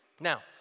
Now